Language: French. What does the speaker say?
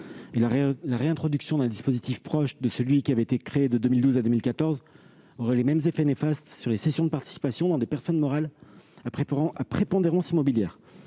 La réintroduction d'un dispositif proche de celui qui avait été créé de 2012 à 2014 aurait les mêmes effets néfastes sur les cessions de participations dans des personnes morales à prépondérance immobilière.